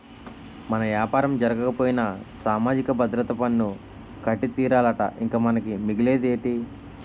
మన యాపారం జరగకపోయినా సామాజిక భద్రత పన్ను కట్టి తీరాలట ఇంక మనకి మిగిలేదేటి